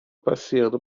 passeando